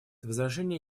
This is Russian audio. возражений